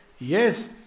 yes